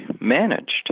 managed